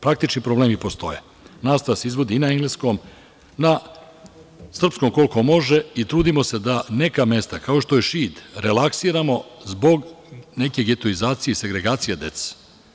Praktični problemi postoje, Nastava se izvodi i na engleskom, na srpskom koliko može i trudimo se da neka mesta, kao što je Šid, relaksiramo zbog nekih getoizacije i sagregacije dece.